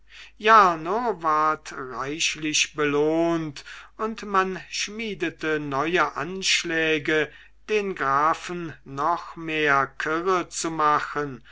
jarno ward reichlich belohnt und man schmiedete neue anschläge den grafen noch mehr kirre zu machen